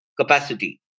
capacity